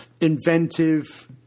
inventive